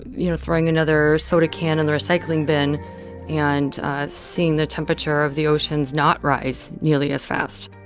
you know, throwing another soda can in the recycling bin and seeing the temperature of the oceans not rise nearly as fast